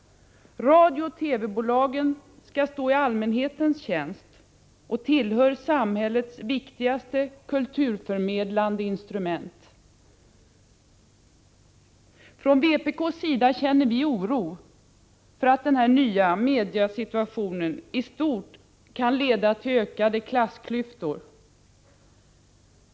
Radiooch TV-bolagen skall stå i allmänhetens tjänst och tillhör samhällets viktigaste kulturförmedlande instrument. Från vpk:s sida känner vi oro för att den nya mediesituationen i stort kan leda till ökade klassklyftor.